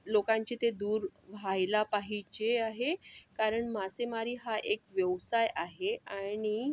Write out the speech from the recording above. लोकांचे ते दूर व्हायला पाहिजे आहे कारण मासेमारी हा एक व्यवसाय आहे आणि